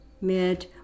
mid-